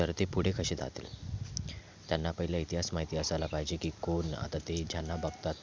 तर ते पुढे कसे जातील त्यांना पहिले इतिहास माहिती असायला पाहिजे की कोण आता ते ज्यांना बघतात